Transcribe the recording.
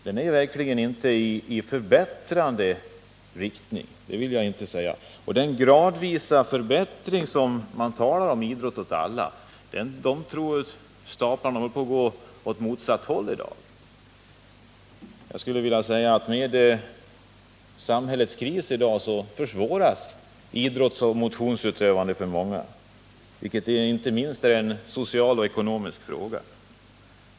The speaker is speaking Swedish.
Den innebär inte någon förbättring. Parollen idrott åt alla håller inte på att förverkligas — tvärtom. I dag visar staplarna i diagrammet att utvecklingen går åt motsatt håll. Samhällets kris försvårar idrottsoch motionsutövandet för många, vilket inte minst är en social och ekonomisk fråga.